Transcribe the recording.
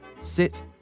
Sit